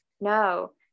no